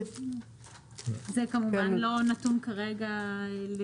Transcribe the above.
זה כמובן לא נתון כרגע לשינוי.